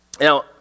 Now